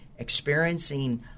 Experiencing